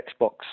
Xbox